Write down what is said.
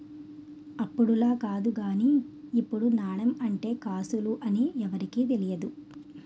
అప్పుడులా కాదు గానీ ఇప్పుడు నాణెం అంటే కాసులు అని ఎవరికీ తెలియదు